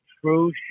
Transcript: true